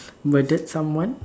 murdered someone